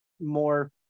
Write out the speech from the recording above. more